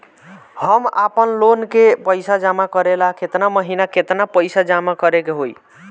हम आपनलोन के पइसा जमा करेला केतना महीना केतना पइसा जमा करे के होई?